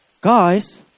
guys